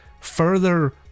further